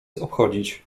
obchodzić